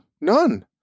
None